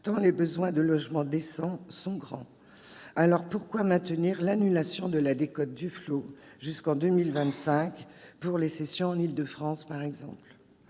tant les besoins de logements décents sont grands. Pourquoi maintenir l'annulation de la décote Duflot jusqu'en 2025 pour les cessions en Île-de-France ?